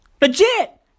Legit